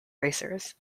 racers